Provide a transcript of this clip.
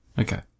Okay